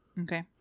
Okay